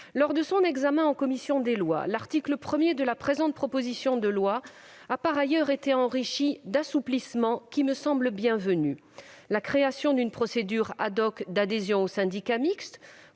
Lors de son examen en commission des lois, l'article 1 de cette proposition de loi a par ailleurs fait l'objet d'assouplissements qui me semblent bienvenus : la création d'une procédure d'adhésion au syndicat mixte,